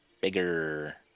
bigger